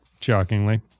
Shockingly